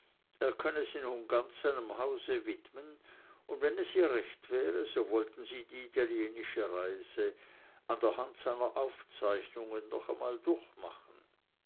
er könne sich nun ganz seinem hause widmen und wenn es ihr recht wäre so wollten sie die italienische reise an der hand seiner aufzeichnungen noch einmal durchmachen